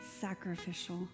sacrificial